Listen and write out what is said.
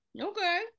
okay